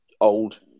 old